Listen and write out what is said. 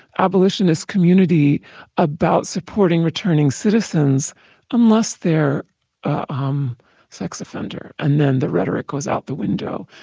abolitionist community about supporting returning citizens unless they're a um sex offender and then the rhetoric was out the window.